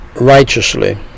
righteously